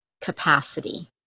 capacity